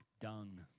dung